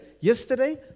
yesterday